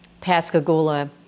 Pascagoula